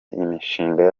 imishinga